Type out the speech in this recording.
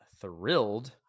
thrilled